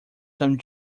some